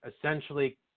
essentially